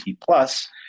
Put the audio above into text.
Plus